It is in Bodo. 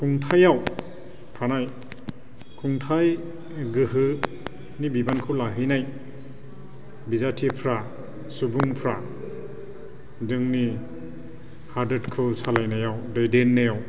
खुंथायाव थानाय खुंथाय गोहोनि बिबानखौ लाहैनाय बिजाथिफोरा सुबुंफोरा जोंनि हादोरखौ सालायनायाव दैदेननायाव